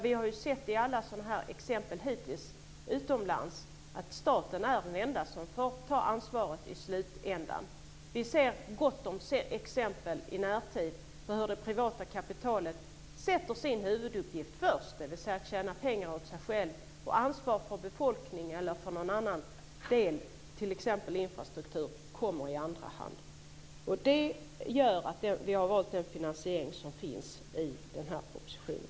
Vi har hittills sett i alla exempel utomlands att staten är den enda som får ta ansvaret i slutändan. Vi ser gott om exempel i närtid på hur det privata kapitalet sätter sin huvuduppgift först, dvs. att tjäna pengar åt sig självt, och att ansvar för befolkning eller för någon annan del, t.ex. infrastruktur, kommer i andra hand. Det gör att vi har valt den finansiering som finns i den här propositionen.